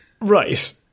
Right